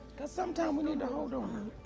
because sometimes we need to hold on.